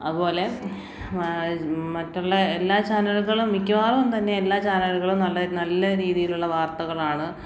അതുപോലെ മറ്റുള്ള എല്ലാ ചാനലുകളും മിക്കവാറും തന്നെ എല്ലാ ചാനലുകളും നല്ല നല്ല രീതിയിലുള്ള വാർത്തകളാണ്